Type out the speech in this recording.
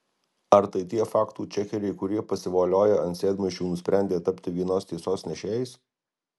ar tai tie faktų čekeriai kurie pasivolioję ant sėdmaišių nusprendė tapti vienos tiesos nešėjais